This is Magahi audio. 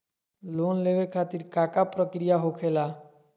लोन लेवे खातिर का का प्रक्रिया होखेला?